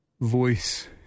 voice